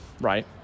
Right